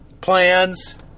plans